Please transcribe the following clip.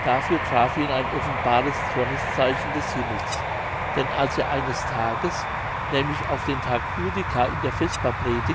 dafür traf ihn ein offenbares zorneszeichen des himmels denn als er eines tages nämlich auf den tag judica in der